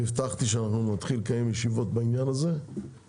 אני הבטחתי שנתחיל לקיים ישיבות בעניין אני